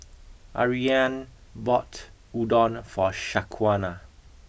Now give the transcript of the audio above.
Ariane bought Udon for Shaquana